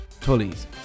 Tully's